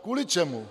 Kvůli čemu?